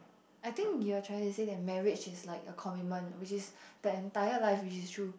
I think you're trying to say that marriage is like a commitment which is the entire life which is true